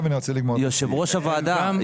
יושב ראש הוועדה.